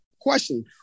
question